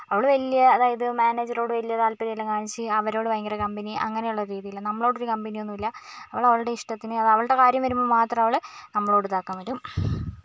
അവള് വലിയ അതായത് മാനേജരോട് വലിയ താൽപര്യം എല്ലാം കാണിച്ച് അവരോട് ഭയങ്കര കമ്പനി അങ്ങനെ ഉള്ള രീതിയിലാണ് നമ്മളോട് ഒരു കമ്പനി ഒന്നും ഇല്ല അവള് അവളുടെ ഇഷ്ടത്തിന് അവളുടെ കാര്യം വരുമ്പോൾ മാത്രം അവള് നമ്മളോട് ഇതാക്കാൻ വരും